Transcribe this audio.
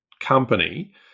company